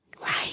Right